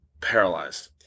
paralyzed